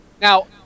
Now